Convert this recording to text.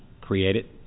created